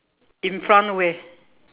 in front where